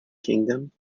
kingdom